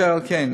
אשר על כן,